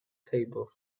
table